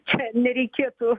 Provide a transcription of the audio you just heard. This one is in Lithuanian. čia nereikėtų